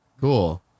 Cool